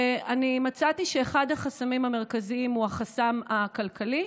אני מצאתי שאחד החסמים המרכזיים הוא חסם כלכלי,